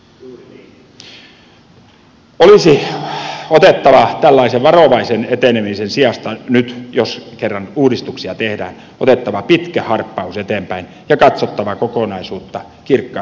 olisi otettava tällaisen varovaisen etenemisen sijasta nyt jos kerran uudistuksia tehdään pitkä harppaus eteenpäin ja katsottava kokonaisuutta kirkkain linssein